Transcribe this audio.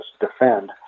defend